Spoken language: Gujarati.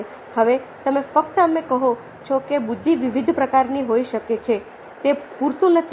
હવે તમે ફક્ત એમ કહો છો કે બુદ્ધિ વિવિધ પ્રકારની હોઈ શકે છે તે પૂરતું નથી